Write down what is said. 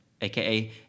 aka